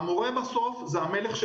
בסוף, המורה הוא המלך,